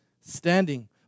standing